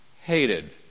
hated